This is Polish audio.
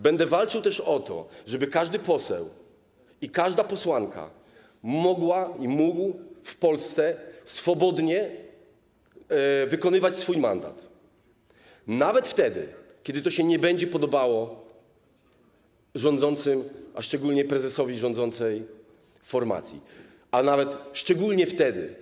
Będę walczył też o to, żeby każdy poseł i każda posłanka mogli w Polsce swobodnie wykonywać swój mandat, nawet wtedy, kiedy to się nie będzie podobało rządzącym, a zwłaszcza prezesowi rządzącej formacji, a nawet szczególnie wtedy.